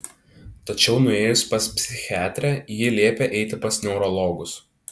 tačiau nuėjus pas psichiatrę ji liepė eiti pas neurologus